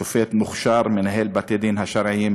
שופט מוכשר, מנהל בתי-הדין השרעיים,